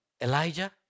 Elijah